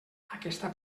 aquesta